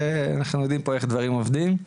ואנחנו יודעים פה איך דברים עובדים.